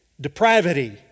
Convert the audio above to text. depravity